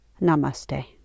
Namaste